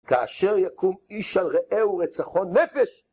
כאשר יקום איש על רעיהו רצחו נפש!